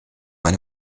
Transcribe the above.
eine